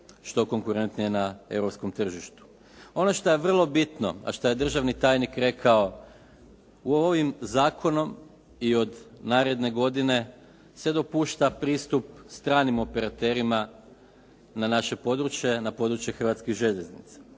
što konkurentnije na europskom tržištu. Ono što je vrlo bitno, a što je državni tajnik rekao ovim zakonom i od naredne godine se dopušta pristup stranim operaterima na naše područje, na područje Hrvatskih željeznica.